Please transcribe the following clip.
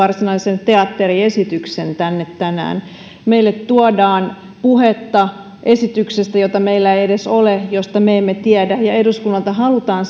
varsinaisen teatteriesityksen tänne tänään meille tuodaan puhetta esityksestä jota meillä ei edes ole ja josta me emme tiedä ja eduskunnalta halutaan